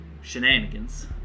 shenanigans